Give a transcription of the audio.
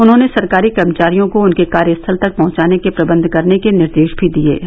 उन्होंने सरकारी कर्मचारियों को उनके कार्यस्थल तक पहुंचाने के प्रबंध करने के निर्देश भी दिये हैं